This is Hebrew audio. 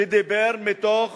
שדיבר מתוך